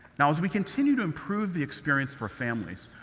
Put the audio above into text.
now, as we continue to improve the experience for families,